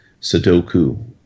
Sudoku